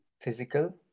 physical